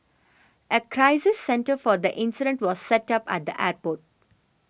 a crisis centre for the incident was set up at the airport